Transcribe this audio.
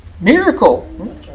miracle